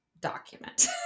document